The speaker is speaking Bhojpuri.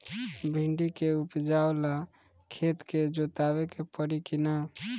भिंदी के उपजाव ला खेत के जोतावे के परी कि ना?